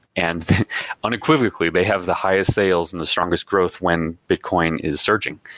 and unequivocally they have the highest sales and the strongest growth when bitcoin is surging,